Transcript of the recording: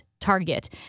target